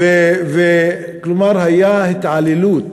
כלומר, הייתה התעללות.